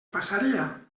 passaria